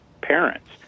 parents